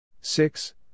Six